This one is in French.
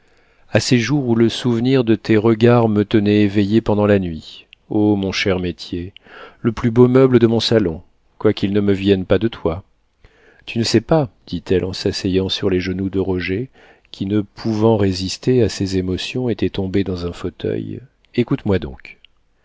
à ces jours où le souvenir de tes regards me tenait éveillée pendant la nuit o mon cher métier le plus beau meuble de mon salon quoiqu'il ne me vienne pas de toi tu ne sais pas dit-elle en s'asseyant sur les genoux de roger qui ne pouvant résister à ses émotions était tombé dans un fauteuil écoute-moi donc